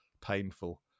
painful